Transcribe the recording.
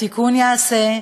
התיקון ייעשה,